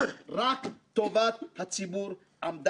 אני מבקש להודות מעומק ליבי בראש ובראשונה